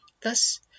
thus